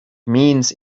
means